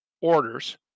orders